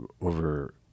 over